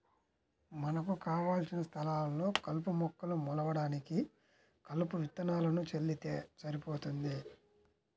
మనకు కావలసిన స్థలాల్లో కలుపు మొక్కలు మొలవడానికి కలుపు విత్తనాలను చల్లితే సరిపోతుంది